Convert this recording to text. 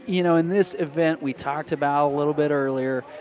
you know in this event we talked about a little bit earlier